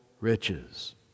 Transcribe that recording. riches